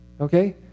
Okay